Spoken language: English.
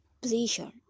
pleasure